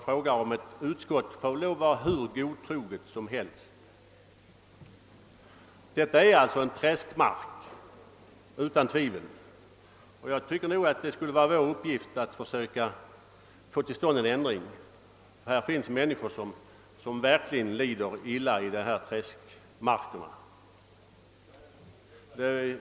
Får ett utskott vara hur godtroget som helst? Det är utan tvekan här fråga om träskmark, och jag tycker det borde vara vår uppgift att försöka få till stånd en ändring. Det finns miänniskor som verkligen far illa i dessa träskmarker.